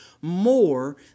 more